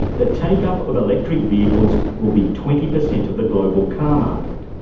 the take-up of electric vehicles will be twenty per cent of the global car market.